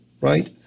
right